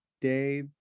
day